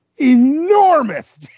enormous